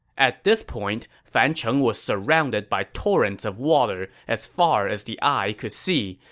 at this point, fancheng was surrounded by torrents of water as far as the eye could see,